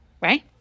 Right